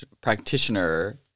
practitioner